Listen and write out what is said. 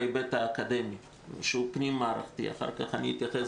מההיבט האקדמי שהוא פנים מערכתי ואחר אתייחס